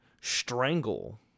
strangle